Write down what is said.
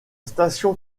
station